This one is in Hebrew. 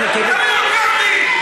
אני הותקפתי.